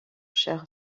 cher